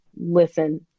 listen